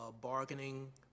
bargaining